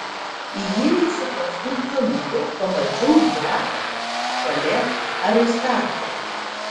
įėjusi paskui coliukę pamačiau ją šalia aristarcho